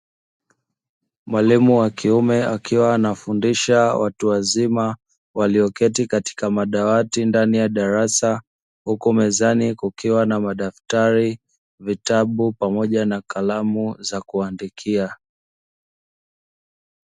Mwalimu wa kiume akiwa anafundisha watu wazima wakioketi katika madawati ndani ya darasa huku mezani kukiwa na madaftari vitabu pamoja na kalamu za kuandikia.